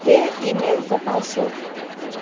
હે ઈમેલ તપાસો